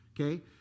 Okay